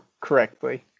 correctly